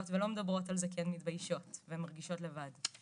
ולא מדברות על זה כי הן מתביישות והן מרגישות לבד.